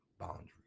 boundaries